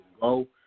go